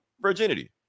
virginity